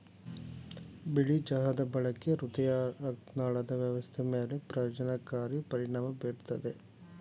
ಬಿಳಿ ಚಹಾದ ಬಳಕೆ ಹೃದಯರಕ್ತನಾಳದ ವ್ಯವಸ್ಥೆ ಮೇಲೆ ಪ್ರಯೋಜನಕಾರಿ ಪರಿಣಾಮ ಬೀರ್ತದೆ